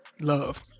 love